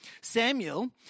Samuel